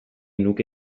nuke